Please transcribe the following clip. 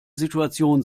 situation